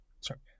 Sorry